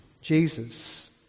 Jesus